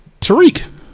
Tariq